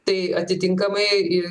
tai atitinkamai ir